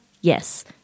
Yes